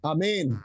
Amen